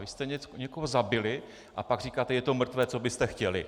Vy jste někoho zabili, a pak říkáte je to mrtvé, co byste chtěli.